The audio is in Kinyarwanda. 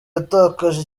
yatakaje